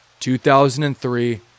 2003